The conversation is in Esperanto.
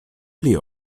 pli